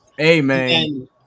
Amen